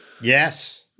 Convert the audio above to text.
yes